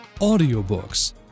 audiobooks